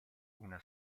una